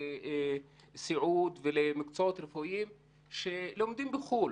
לסיעוד ולמקצועות רפואיים שלומדים בחו"ל,